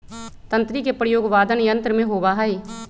तंत्री के प्रयोग वादन यंत्र में होबा हई